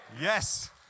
Yes